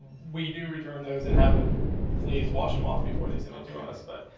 we do return those and have them please wash them off before they send it to us. but.